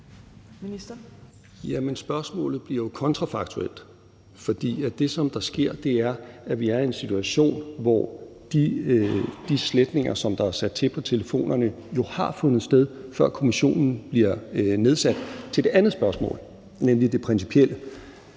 spørgsmålet bliver jo kontrafaktuelt, fordi det, der sker, er, at vi er i en situation, hvor de sletninger, som er sat til på telefonerne, jo har fundet sted, før kommissionen bliver nedsat. Til det andet spørgsmål, nemlig det principielle,